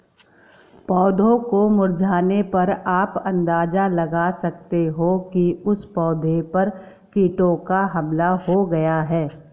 पौधों के मुरझाने पर आप अंदाजा लगा सकते हो कि उस पौधे पर कीटों का हमला हो गया है